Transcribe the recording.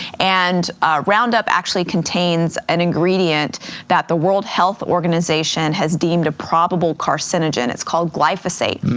and roundup actually contains an ingredient that the world health organization has deemed a probable carcinogen. it's called glyphosate.